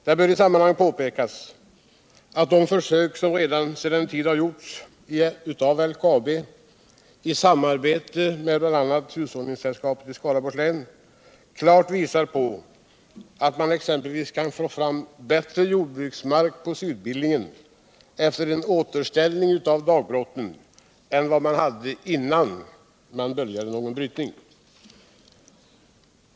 Det bör i sammanhanget påpekas att de försök som redan pågått en tid och som gjorts av LKAB i samarbete bl.a. med hushållningssällskapet i Skaraborgs län klart visar på att man exempelvis kan få fram bättre jordbruksmark på Sydbillingen efter en återställning av dagbrotten än den man hade innan brytningen började.